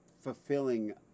fulfilling